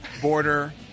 border –